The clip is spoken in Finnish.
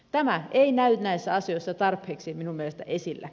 tämä ei näy näissä asioissa tarpeeksi minun mielestäni